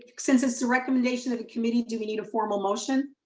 since it's the recommendation of the committee, do we need a formal motion?